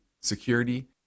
security